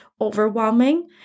overwhelming